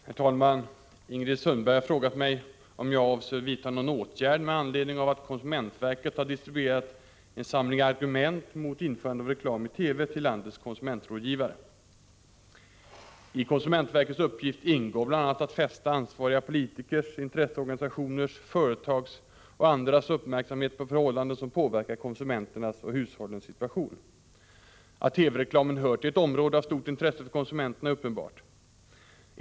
Herr talman! Ingrid Sundberg har frågat mig om jag avser att vidta någon åtgärd med anledning av att konsumentverket har distribuerat en samling argument mot införande av reklam i TV till landets konsumentrådgivare. I konsumentverkets uppgift ingår bl.a. att fästa ansvariga politikers, intresseorganisationers, företags och andras uppmärksamhet på förhållanden som påverkar konsumenternas och hushållens situation. Att TV reklamen hör till ett område av stort intresse för konsumenterna är uppenbart.